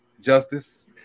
justice